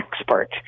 expert